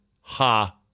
ha